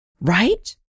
Right